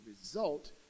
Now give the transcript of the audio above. result